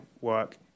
work